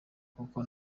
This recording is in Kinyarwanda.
kuko